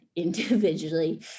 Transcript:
Individually